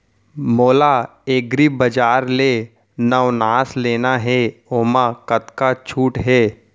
मोला एग्रीबजार ले नवनास लेना हे ओमा कतका छूट हे?